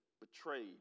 betrayed